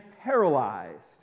paralyzed